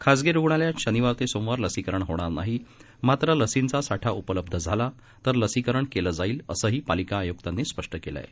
खासगी रुग्णालयात शनिवार ते सोमवार लसिकरण होणार नाही मात्र लसींचा साठा उपलब्ध झाल्यास लसीकरण केले जाईल असेही पालिका आयुक्तांनी स्पष्ट केलं आहे